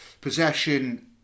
possession